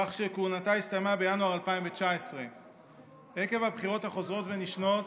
כך שכהונתה הסתיימה בינואר 2019. עקב הבחירות החוזרות ונשנות